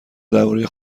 درباره